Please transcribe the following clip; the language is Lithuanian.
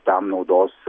tam naudos